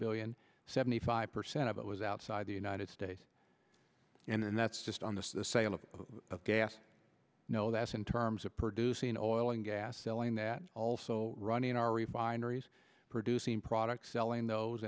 billion seventy five percent of it was outside the united states and that's just on the sale of gas no that's in terms of producing oil and gas selling that also running our refineries producing products selling those